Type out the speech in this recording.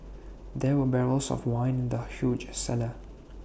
there were barrels of wine in the huge cellar